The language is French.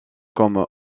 comme